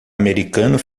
americano